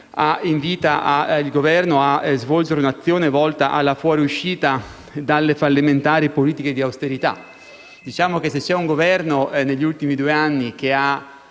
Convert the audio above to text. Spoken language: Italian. invitato il Governo a svolgere un'azione volta all'uscita dalle fallimentari politiche di austerità. Se c'è un Governo che negli ultimi due anni ha